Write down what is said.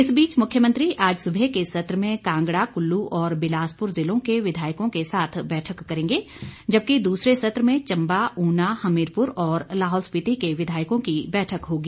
इस बीच मुख्यमंत्री आज सुबह के सत्र में कांगड़ा कुल्लू और बिलासपुर जिलों के विधायकों के साथ बैठक करेंगे जबकि दूसरे सत्र में चंबा उना हमीरपुर और लाहौल स्पीति के विधायकों की बैठक होगी